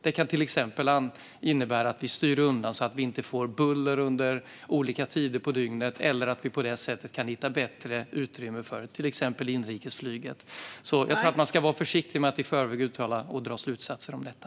Det kan till exempel innebära att vi styr undan så att vi inte får buller under olika tider på dygnet eller att vi kan hitta bättre utrymme för till exempel inrikesflyget. Jag tror att man ska vara försiktig med att i förväg uttala sig och dra slutsatser av detta.